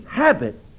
Habit